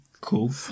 Cool